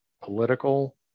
political